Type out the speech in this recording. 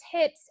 tips